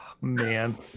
Man